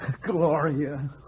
Gloria